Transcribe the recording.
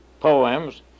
poems